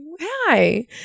hi